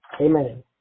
Amen